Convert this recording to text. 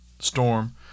storm